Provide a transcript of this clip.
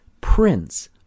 Prince